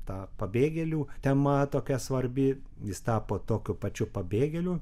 ta pabėgėlių tema tokia svarbi jis tapo tokiu pačiu pabėgėliu